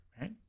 right